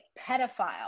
pedophile